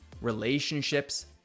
relationships